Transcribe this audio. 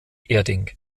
erding